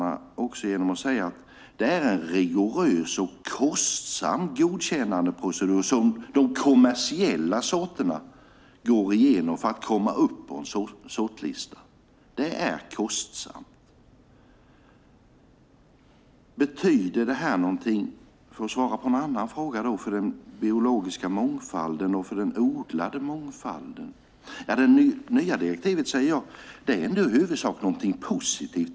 De kommersiella sorterna går igenom en rigorös och kostsam godkännandeprocedur för att komma med på en sortlista. En annan fråga gällde om detta betyder något för den biologiska mångfalden och för den odlade mångfalden. Det nya direktivet är i huvudsak något positivt.